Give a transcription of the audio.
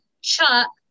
Chuck